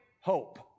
hope